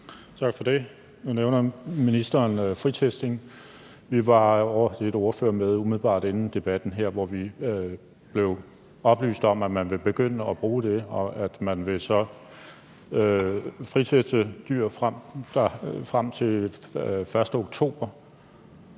Tak for det. Nu nævner ministeren fritestning. Vi var ovre til et ordførermøde umiddelbart inden debatten her, hvor vi blev oplyst om, at man vil begynde at bruge det. Man vil så friteste dyr frem til den 1. oktober,